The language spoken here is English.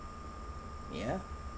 ya